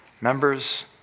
members